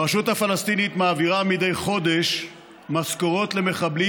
הרשות הפלסטינית מעבירה מדי חודש משכורות למחבלים